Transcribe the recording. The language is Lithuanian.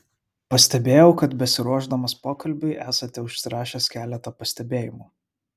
pastebėjau kad besiruošdamas pokalbiui esate užsirašęs keletą pastebėjimų